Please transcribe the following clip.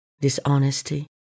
dishonesty